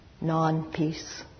non-peace